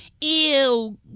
ew